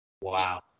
Wow